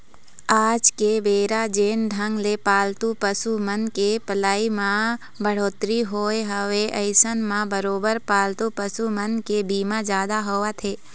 आज के बेरा जेन ढंग ले पालतू पसु मन के पलई म बड़होत्तरी होय हवय अइसन म बरोबर पालतू पसु मन के बीमा जादा होवत हे